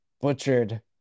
butchered